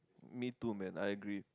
me too man I agree